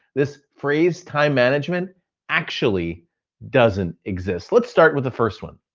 this phrase, time management actually doesn't exist. let's start with the first one.